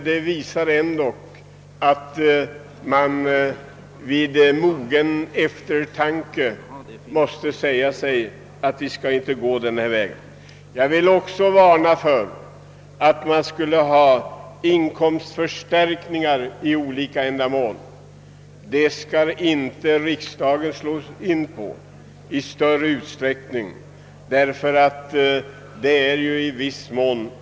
Det visar ändock att man efter moget övervägande måste säga sig att man inte skall gå den av utskottet föreslagna vägen. Jag vill också varna för att ge s.k. avlöningsförstärkning i olika fall. Det är ett system som riksdagen inte bör uppmuntra i någon större utsträckning. Herr talman!